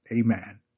Amen